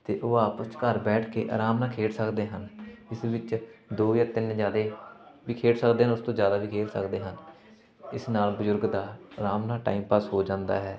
ਅਤੇ ਉਹ ਆਪਸ 'ਚ ਘਰ ਬੈਠ ਕੇ ਆਰਾਮ ਨਾਲ ਖੇਡ ਸਕਦੇ ਹਨ ਇਸ ਵਿੱਚ ਦੋ ਜਾਂ ਤਿੰਨ ਜ਼ਿਆਦੇ ਵੀ ਖੇਡ ਸਕਦੇ ਹਨ ਉਸ ਤੋਂ ਜ਼ਿਆਦਾ ਵੀ ਖੇਡ ਸਕਦੇ ਹਨ ਇਸ ਨਾਲ ਬਜ਼ੁਰਗ ਦਾ ਆਰਾਮ ਨਾਲ ਟਾਈਮ ਪਾਸ ਹੋ ਜਾਂਦਾ ਹੈ